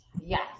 Yes